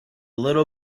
little